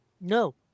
No